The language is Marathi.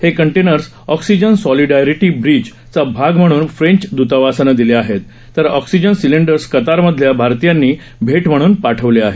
हे कंटेनर्स ऑक्सिजन सॉलिडॅरीटी ब्रिजचा भाग म्हणून फ्रेंच दुतावासानं दिले आहेत तर ऑक्सिजन सिलेंडर्स कतारमधल्या भारतीयांनी भेट म्हणून पा वले आहेत